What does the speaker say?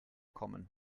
kommen